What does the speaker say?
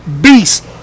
beast